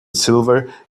silver